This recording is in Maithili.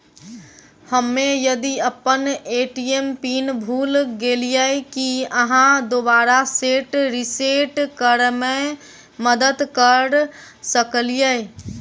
हम्मे यदि अप्पन ए.टी.एम पिन भूल गेलियै, की अहाँ दोबारा सेट रिसेट करैमे मदद करऽ सकलिये?